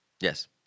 Yes